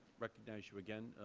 recognize you again,